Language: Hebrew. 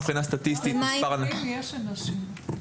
מבחינה סטטיסטית מספר --- כמה מקרים יש של נשים?